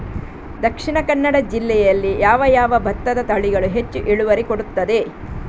ದ.ಕ ಜಿಲ್ಲೆಯಲ್ಲಿ ಯಾವ ಯಾವ ಭತ್ತದ ತಳಿಗಳು ಹೆಚ್ಚು ಇಳುವರಿ ಕೊಡುತ್ತದೆ?